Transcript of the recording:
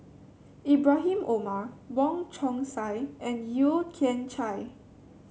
Ibrahim Omar Wong Chong Sai and Yeo Kian Chai